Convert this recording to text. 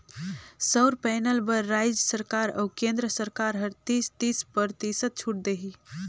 सउर पैनल बर रायज सरकार अउ केन्द्र सरकार हर तीस, तीस परतिसत छूत देही